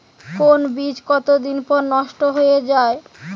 কোন বীজ কতদিন পর নষ্ট হয়ে য়ায়?